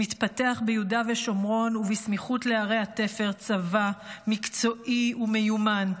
מתפתח ביהודה ושומרון ובסמיכות לערי התפר צבא מקצועי ומיומן,